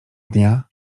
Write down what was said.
dnia